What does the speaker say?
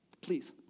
Please